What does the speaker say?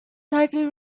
highly